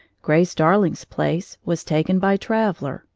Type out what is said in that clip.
grace darling's place was taken by traveller,